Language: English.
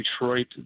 Detroit